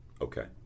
Okay